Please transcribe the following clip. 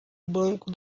banco